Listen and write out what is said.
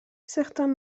certains